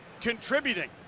contributing